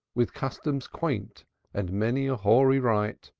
with customs quaint and many a hoary rite,